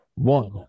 one